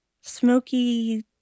smoky